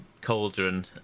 cauldron